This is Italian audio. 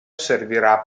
servirà